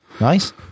Nice